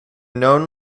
known